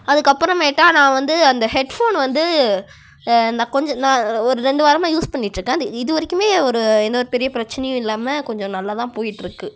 அதுக்கு அப்புறமேட்டா நான் வந்து அந்த ஹெட்ஃபோன் வந்து நான் ஒரு ரெண்டு வாரமாக யூஸ் பண்ணிகிட்டு இருக்கேன் அது இது வரைக்குமே ஒரு எந்த ஒரு பெரிய பிர்ச்சனையும் இல்லாமல் கொஞ்சம் நல்லா தான் போயிட்டுருக்கு